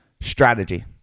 strategy